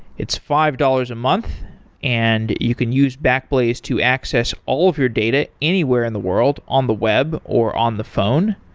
it's five dollars a month and you can use backblaze to access all of your data anywhere in the world on the web, or on the phone